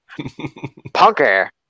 punker